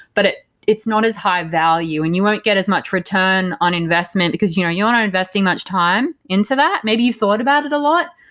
but it's not as high value and you won't get as much return on investment, because you know you went on investing much time into that, maybe you've thought about it a lot,